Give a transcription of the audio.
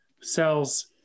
cells